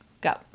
go